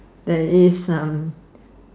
there is um